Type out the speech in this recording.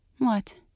What